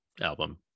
album